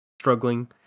struggling